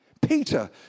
Peter